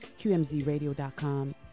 QMZRadio.com